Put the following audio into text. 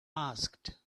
asked